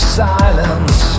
silence